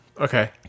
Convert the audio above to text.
Okay